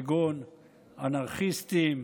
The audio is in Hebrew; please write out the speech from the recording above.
כגון אנרכיסטים,